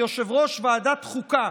שיושב-ראש ועדת החוקה